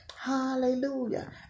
hallelujah